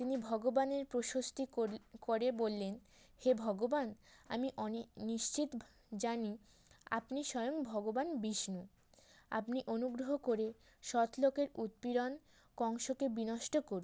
তিনি ভগবানের প্রশস্তি করে বললেন হে ভগবান আমি নিশ্চিত জানি আপনি স্বয়ং ভগবান বিষ্ণু আপনি অনুগ্রহ করে সৎ লোকের উৎপীড়ন কংসকে বিনষ্ট করুন